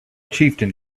chieftain